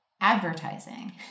advertising